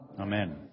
Amen